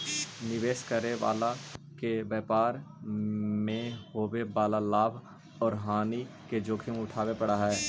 निवेश करे वाला के व्यापार मैं होवे वाला लाभ औउर हानि के जोखिम उठावे पड़ऽ हई